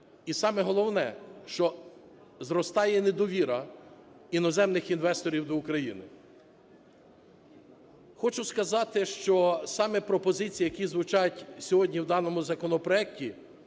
і саме головне, що зростає недовіра іноземних інвесторів до України. Хочу сказати, що саме пропозиції, які звучать сьогодні в даному законопроекті.